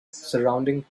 surrounding